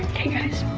hey guys,